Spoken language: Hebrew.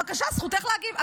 בבקשה, זכותך להגיב.